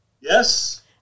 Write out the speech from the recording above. Yes